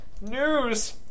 News